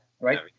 right